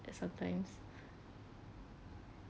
then sometimes